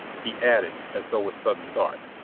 he added, as though with sudden thought.